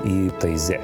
į taizė